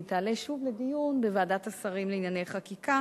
והיא תעלה שוב לדיון בוועדת השרים לענייני חקיקה